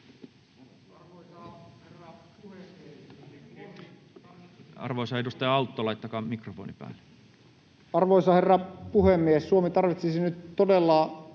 Arvoisa herra puhemies! Suomi tarvitsisi nyt todella